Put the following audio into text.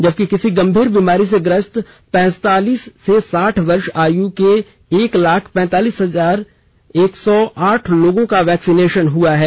जबकि किसी गंभीर बीमारी से ग्रस्त पैतालीस से साठ वर्ष आय वर्ग के एक लाख पैतालीस हजार एक सौ आठ लोगों का वैक्सिनेशन हुआ है